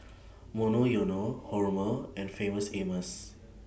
Monoyono Hormel and Famous Amos